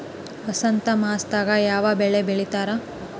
ವಸಂತ ಮಾಸದಾಗ್ ಯಾವ ಬೆಳಿ ಬೆಳಿತಾರ?